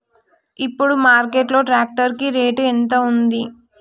ఇప్పుడు మార్కెట్ లో ట్రాక్టర్ కి రేటు ఎంత ఉంది?